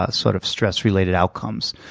ah sort of stress-related outcomes.